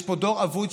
יש פה דור אבוד,